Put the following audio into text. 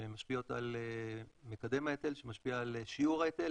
שמשפיעות על מקדם ההיטל שמשפיע על שיעור ההיטל,